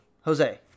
Jose